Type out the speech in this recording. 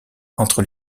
entre